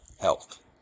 health